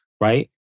right